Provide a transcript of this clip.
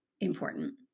important